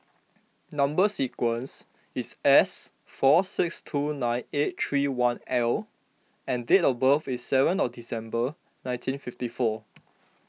Number Sequence is S four six two nine eight three one L and date of birth is seven of December nineteen fifty four